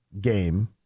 game